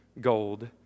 gold